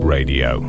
Radio